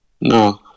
No